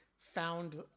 found